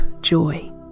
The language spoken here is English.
joy